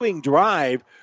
drive